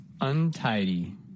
untidy